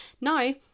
Now